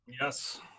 Yes